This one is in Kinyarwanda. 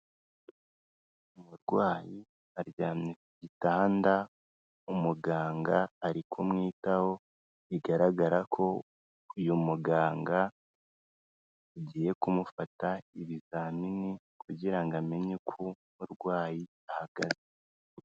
Umurwayi aryamye ku gitanda umuganga ari kumwitaho. Bigaragara ko uyu muganga agiye kumufata ibizamini kugira ngo amenye ko umurwayi ahagaze.